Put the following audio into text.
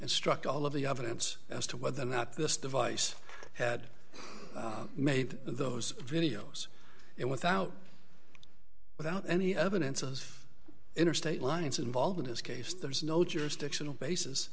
and struck all of the evidence as to whether or not this device had made those videos and without without any evidence of interstate license involved in this case there is no jurisdiction